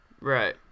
Right